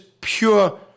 pure